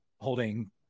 holding